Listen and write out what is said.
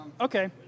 Okay